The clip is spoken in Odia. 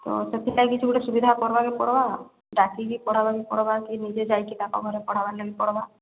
ତ ସେଥିପାଇଁ କିଛି ଗୋଟେ ସୁବିଧା କର୍ବାକେ ପଡ଼୍ବା ଡାକିକି ପଢ଼ାବାକେ ପଡ଼୍ବା କି ନିଜେ ଯାଇକି ତାଙ୍କ ଘରେ ପଢ଼ାବାର୍ ଲାଗି ପଡ଼୍ବା